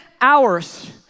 hours